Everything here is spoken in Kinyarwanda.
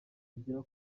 igira